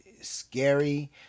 scary